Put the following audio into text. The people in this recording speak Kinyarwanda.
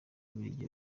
bubiligi